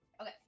okay